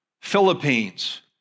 Philippines